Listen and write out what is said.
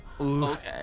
Okay